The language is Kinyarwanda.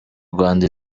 rwanda